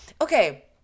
okay